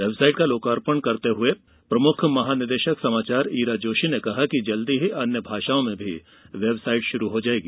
website का लोकार्पण करते हुए प्रमुख महा निदेशक समाचार ईरा जोशी ने कहा कि जल्द ही अन्य भाषाओं में भी वेबसाइट शुरू की जायेगी